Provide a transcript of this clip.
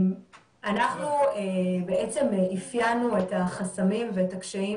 אנחנו אפיינו את החסמים ואת הקשיים